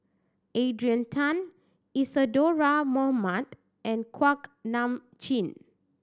Adrian Tan Isadhora Mohamed and Kuak Nam Jin